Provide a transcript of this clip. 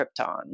Krypton